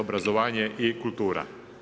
Obrazovanje i kultura.